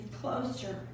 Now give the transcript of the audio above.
closer